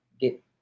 get